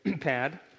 pad